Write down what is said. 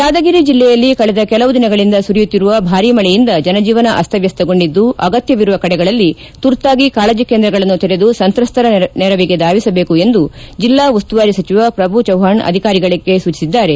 ಯಾದಗಿರಿ ಜಲ್ಲೆಯಲ್ಲಿ ಕೆಳದ ಕೆಲವು ದಿನಗಳಂದ ಸುರಿಯುತ್ತಿರುವ ಭಾರೀ ಮಳೆಯಿಂದ ಜನಜೀವನ ಅಸ್ತವಸ್ನಗೊಂಡಿದ್ದು ಅಗತ್ವವಿರುವ ಕಡೆಗಳಲ್ಲಿ ತುರ್ತಾಗಿ ಕಾಳಜಿ ಕೇಂದ್ರಗಳನ್ನು ತೆರೆದು ಸಂತ್ರಸ್ತರ ನೆರವಿಗೆ ಧಾವಿಸಬೇಕು ಎಂದು ಜಿಲ್ಲಾ ಉಸ್ತುವಾರಿ ಸಚಿವ ಪ್ರಭು ಚವ್ನಾಣ್ ಅಧಿಕಾರಿಗಳಿಗೆ ಸೂಚಿಸಿದ್ದಾರೆ